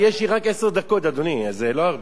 יש לי רק עשר דקות, אדוני, זה לא הרבה.